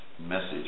message